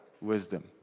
wisdom